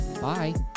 bye